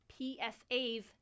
PSAs